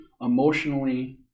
emotionally